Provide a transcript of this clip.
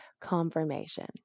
confirmation